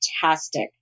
fantastic